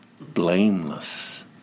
Blameless